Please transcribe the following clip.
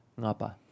Ngapa